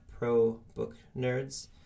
probooknerds